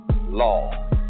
law